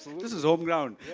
this is home ground.